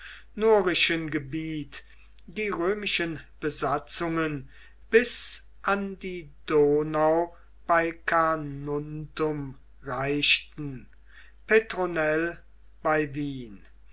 gebiet die römischen besatzungen bis an die donau bei carnuntum reichten petronell bei wien